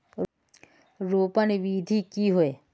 रोपण विधि की होय?